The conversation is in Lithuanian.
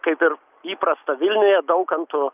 kaip ir įprasta vilniuje daukanto